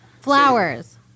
flowers